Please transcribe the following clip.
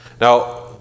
now